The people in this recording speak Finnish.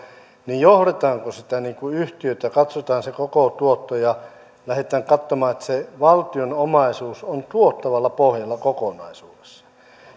johdetaanko sitä niin kuin yhtiötä katsotaanko se koko tuotto ja lähdetään katsomaan että se valtion omaisuus on tuottavalla pohjalla kokonaisuudessaan